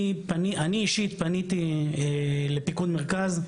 אני אישית פניתי לפיקוד מרכז.